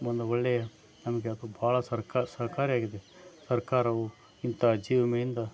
ಒಂದು ಒಳ್ಳೆಯ ನಮಗೆ ಅದು ಭಾಳ ಸರ್ಕಾರ ಸಹಕಾರಿಯಾಗಿದೆ ಸರ್ಕಾರವು ಇಂಥ ಜೀವ ವಿಮೆಯಿಂದ